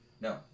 No